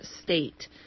state